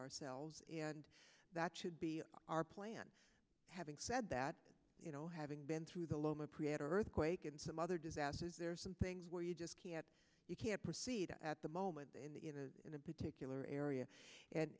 ourselves and that should be our plan having said that you know having been through the loma prieta earthquake and some other disasters there are some things where you just you can't proceed at the moment in a particular area and